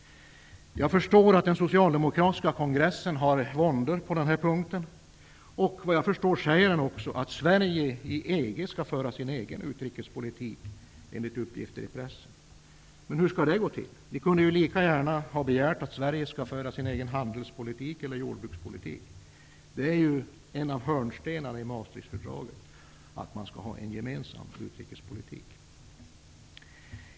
Jag förstår att den socialdemokratiska kongressen har våndor på den här punkten. Enligt uppgifter i pressen säger man också att Sverige skall föra sin egen utrikespolitik i EG. Men hur skall det gå till? Ni kunde lika gärna ha begärt att Sverige skall föra sin egen handelspolitik eller jordbrukspolitik. Det är en av hörnstenarna i Maastrichtfördraget att man skall ha en gemensam utrikespolitik.